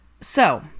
So